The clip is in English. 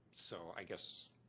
so i guess